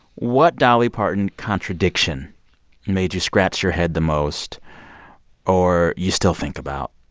what dolly parton contradiction made you scratch your head the most or you still think about?